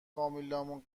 فامیلامونم